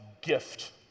gift